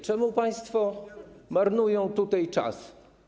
Czemu państwo marnują tutaj czas?